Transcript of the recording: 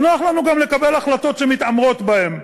ונוח לנו גם לקבל החלטות שמתעמרות בהם.